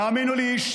תאמינו לי,